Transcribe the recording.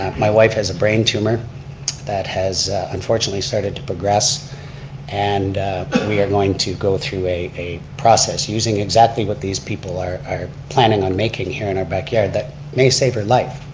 my wife has a brain tumor that has unfortunately started to progress and but we are going to go through a a process using exactly what these people are planning on making here in our backyard, that may save her life.